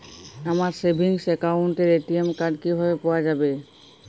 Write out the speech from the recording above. আমার সেভিংস অ্যাকাউন্টের ATM card কিভাবে পাওয়া যাবে?